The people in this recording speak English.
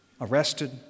arrested